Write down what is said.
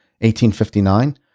1859